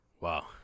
Wow